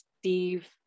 Steve